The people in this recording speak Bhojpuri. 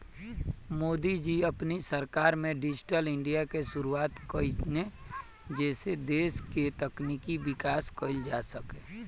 मोदी जी अपनी सरकार में डिजिटल इंडिया के शुरुआत कईने जेसे देस के तकनीकी विकास कईल जा सके